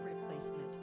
replacement